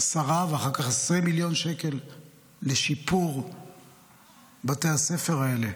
10 ואחר כך 20 מיליון שקל לשיפור בתי הספר האלה,